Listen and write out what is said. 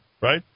right